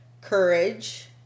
courage